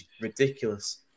ridiculous